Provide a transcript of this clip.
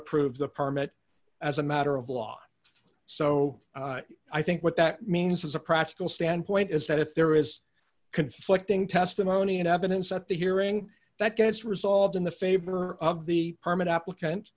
approved the permit as a matter of law so i think what that means as a practical standpoint is that if there is conflicting testimony and evidence at the hearing that gets resolved in the favor of the permit applicant